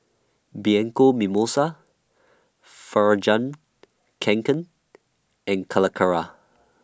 Bianco Mimosa fur Kanken and Calacara